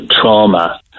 trauma